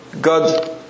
God